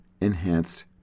enhanced